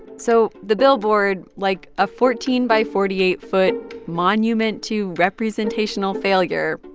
so the billboard, like a fourteen by forty eight foot monument to representational failure,